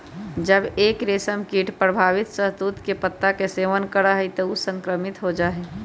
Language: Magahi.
जब एक रेशमकीट प्रभावित शहतूत के पत्ता के सेवन करा हई त ऊ संक्रमित हो जा हई